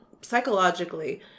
psychologically